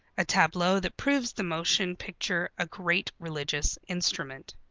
a tableau that proves the motion picture a great religious instrument.